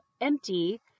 empty